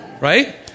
right